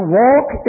walk